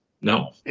No